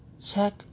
check